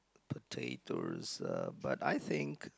potatoes uh but I think